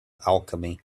alchemy